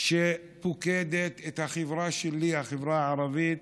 שפוקדת את החברה שלי, החברה הערבית,